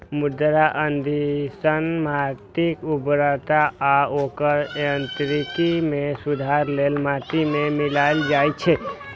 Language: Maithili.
मृदा कंडीशनर माटिक उर्वरता आ ओकर यांत्रिकी मे सुधार लेल माटि मे मिलाएल जाइ छै